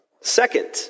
Second